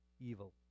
evil